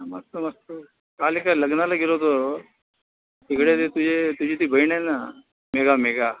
मस्त मस्त काल एका लग्नाला गेलो होतो तिकडे ते तुझे तुझी ती बहीण आहे ना मेघा मेघा